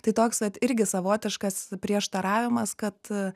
tai toks vat irgi savotiškas prieštaravimas kad